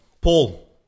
Paul